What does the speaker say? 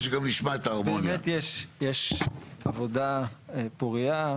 באמת יש עבודה פורייה.